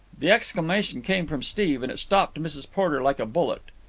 the exclamation came from steve, and it stopped mrs. porter like a bullet.